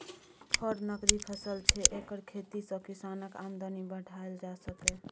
फर नकदी फसल छै एकर खेती सँ किसानक आमदनी बढ़ाएल जा सकैए